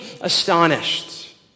astonished